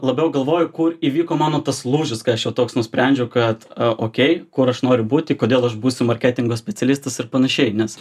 labiau galvoju kur įvyko mano tas lūžis kai aš jau toks nusprendžiau kad okei kur aš noriu būti kodėl aš būsiu marketingo specialistas ir panašiai nes